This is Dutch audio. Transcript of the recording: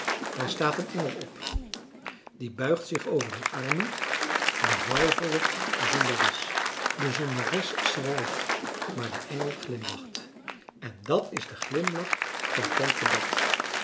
daar staat een engel op die buigt zich over een arme berouwvolle zondares de zondares schreit maar de engel glimlacht en dat is de glimlach van tante bet